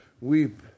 Weep